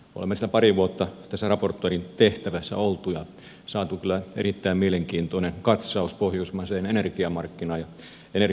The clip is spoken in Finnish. olemme pari vuotta tässä raportöörin tehtävässä olleet ja saaneet kyllä erittäin mielenkiintoisen katsauksen pohjoismaiseen energiamarkkinaan ja energian tekemiseen